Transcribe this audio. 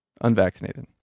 unvaccinated